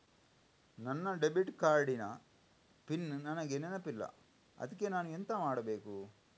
ನನ್ನ debit card ನ PIN ನನಗೆ ನೆನಪಿಲ್ಲ ಅದ್ಕೆ ನಾನು ಎಂತ ಮಾಡಬೇಕು?